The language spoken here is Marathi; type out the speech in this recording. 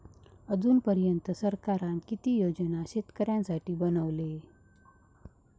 अजून पर्यंत सरकारान किती योजना शेतकऱ्यांसाठी बनवले?